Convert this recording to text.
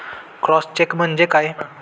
Cross check म्हणजे काय?